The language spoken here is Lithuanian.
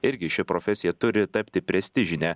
irgi ši profesija turi tapti prestižine